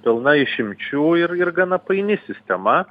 pilna išimčių ir ir gana paini sistema